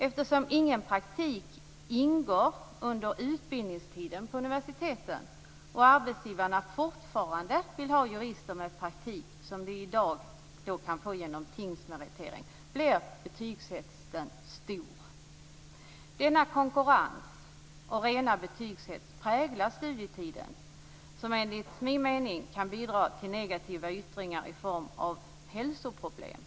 Eftersom ingen praktik ingår under utbildningstiden på universiteten och arbetsgivarna fortfarande vill ha jurister med praktik - som de i dag kan få genom tingsmeritering - blir betygshetsen stor. Denna konkurrens och rena betygshets präglar studietiden. Det kan enligt min mening bidra till negativa yttringar i form av hälsoproblem.